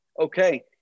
okay